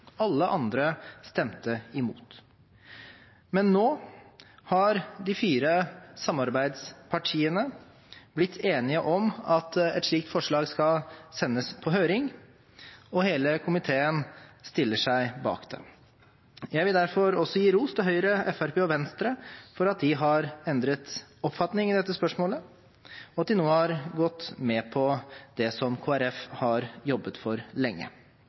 Alle andre stemte imot. Men nå har de fire samarbeidspartiene blitt enige om at et slikt forslag skal sendes på høring, og hele komiteen stiller seg bak det. Jeg vil derfor også gi ros til Høyre, Fremskrittspartiet og Venstre for at de har endret oppfatning i dette spørsmålet, og at de nå har gått med på det som Kristelig Folkeparti har jobbet for lenge.